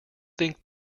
think